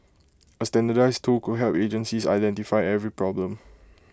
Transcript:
A standardised tool could help agencies identify every problem